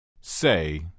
Say